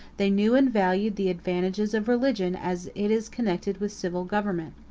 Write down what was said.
they knew and valued the advantages of religion, as it is connected with civil government.